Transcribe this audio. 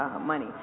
money